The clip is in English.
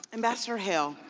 ambassador hale,